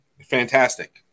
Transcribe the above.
fantastic